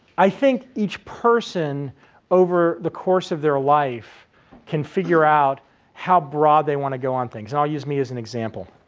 i think each person over the course of their life can figure out how broad they want to go on things, and i'll use me as an example.